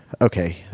okay